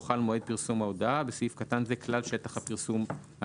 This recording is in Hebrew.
חל מועד פרסום ההודעה (בסעיף קטן זה כלל שטח הפרסום השנתי)"